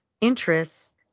interests